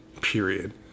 Period